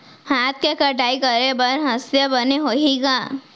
हाथ ले कटाई करे बर हसिया बने होही का?